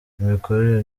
imikorere